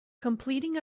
completing